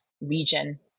region